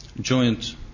joint